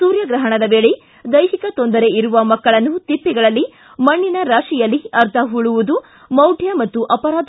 ಸೂರ್ಯಗ್ರಹಣದ ವೇಳೆ ದೈಹಿಕ ತೊಂದರೆ ಇರುವ ಮಕ್ಕಳನ್ನು ತಿಪ್ಪೆಗಳಲ್ಲಿ ಮಣ್ಣಿನ ರಾತಿಯಲ್ಲಿ ಅರ್ಧ ಹೂಳುವುದು ಮೌಢ್ಣ ಮತ್ತು ಅಪರಾಧ